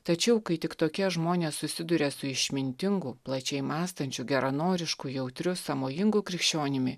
tačiau kai tik tokie žmonės susiduria su išmintingu plačiai mąstančiu geranorišku jautriu sąmojingu krikščionimi